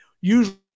usually